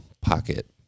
pocket